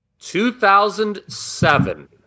2007